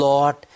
Lord